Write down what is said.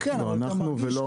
לא אנחנו ולא --- כן,